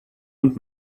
und